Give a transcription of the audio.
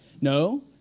No